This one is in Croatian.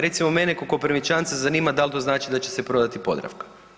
Recimo mene kao Koprivničanca zanima da li to znači da će se prodati Podravka?